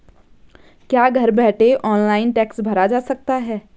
क्या घर बैठे ऑनलाइन टैक्स भरा जा सकता है?